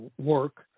work